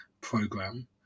program